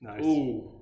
Nice